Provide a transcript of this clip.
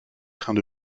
trains